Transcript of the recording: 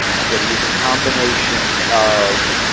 i'm going to use a combination of.